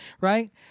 right